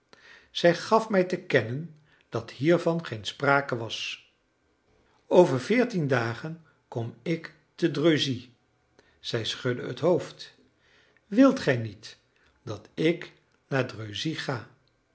zij gaf mij te kennen dat hiervan geen sprake was over veertien dagen kom ik te dreuzy zij schudde het hoofd wilt gij niet dat ik naar dreuzy ga